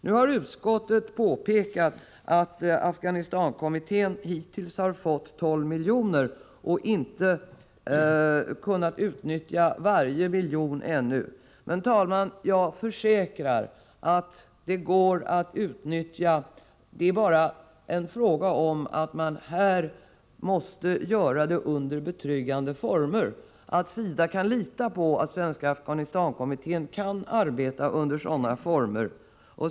Nu har utskottet påpekat att Svenska Afghanistankommittén hittills har fått 12 milj.kr. men ännu inte kunnat utnyttja varje miljon. Men, herr talman, jag försäkrar att medlen går att utnyttja. Det är bara fråga om att det måste ske under betryggande former. SIDA måste kunna lita på att Svenska Afghanistankommittén kan arbeta under sådana former.